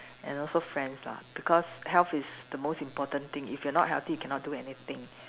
and also friends lah because health is the most important thing if you are not healthy you cannot do anything